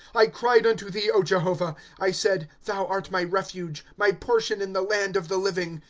i cried unto thee, o jehovah i said thou art my refuge, my portion in the land of the living.